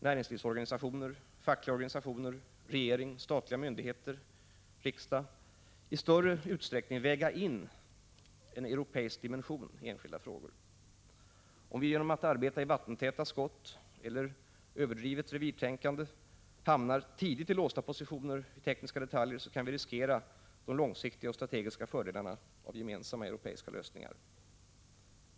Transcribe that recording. näringslivsorganisationer, fackliga organisationer, regering, statliga myndigheter och riksdag — måste i större utsträckning väga in en europeisk dimension i enskilda frågor. Om vi genom att arbeta inom vattentäta skott eller med överdrivet revirtänkande tidigt hamnar i låsta positioner i tekniska detaljer kan vi riskera de långsiktiga strategiska fördelarna av gemensamma europeiska lösningar.